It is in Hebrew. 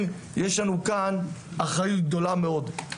יש לנו כאן אחריות גדולה מאוד.